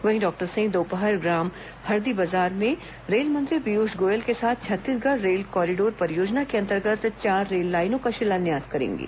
वहीं डॉक्टर सिंह दोपहर ग्राम हरदीबाजार में रेल मंत्री पीयूष गोयल के साथ छत्तीसगढ़ रेल कॉरिडोर परियोजना के अंतर्गत चार रेललाइनों का शिलान्यास करेंगे